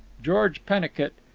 george pennicut,